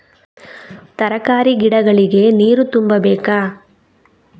ತರಕಾರಿ ಗಿಡಗಳಿಗೆ ನೀರು ತುಂಬಬೇಕಾ?